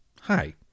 hi